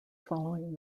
following